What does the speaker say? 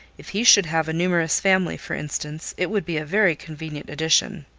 if he should have a numerous family, for instance, it would be a very convenient addition.